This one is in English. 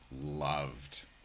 loved